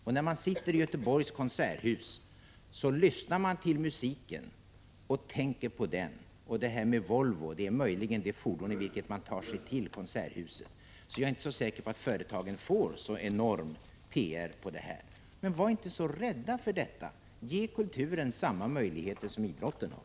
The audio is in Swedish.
Och när man sitter i Göteborgs konserthus lyssnar man till musiken och tänker på den — Volvo är möjligen det fordon i vilket man tar sig till konserthuset. Jag är inte säker på att företagen får så enormt stor PR genom detta. Var inte så rädda — ge kulturen samma möjligheter som idrotten har!